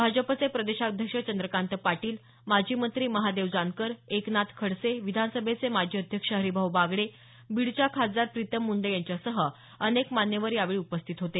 भाजपाचे प्रदेशाध्यक्ष चंद्रकांत पाटील माजी मंत्री महादेव जानकर एकनाथ खडसे विधानसभेचे माजी अध्यक्ष हरिभाऊ बागडे बीडच्या खासदार प्रीतम मुंडे यांच्यासह अनेक मान्यवर उपस्थित होते